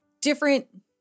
different